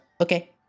Okay